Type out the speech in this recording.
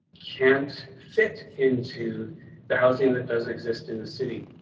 can't fit into the housing that does exist in the city.